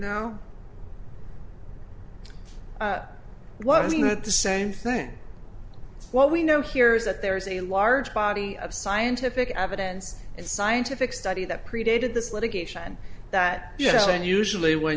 know what i mean at the same thing what we know here is that there is a large body of scientific evidence and scientific study that predated this litigation that yes and usually when